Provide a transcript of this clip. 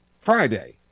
Friday